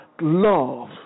love